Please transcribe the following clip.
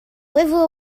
wither